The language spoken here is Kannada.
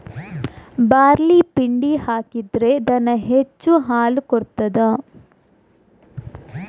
ಬಾರ್ಲಿ ಪಿಂಡಿ ಹಾಕಿದ್ರೆ ದನ ಹೆಚ್ಚು ಹಾಲು ಕೊಡ್ತಾದ?